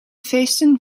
feestten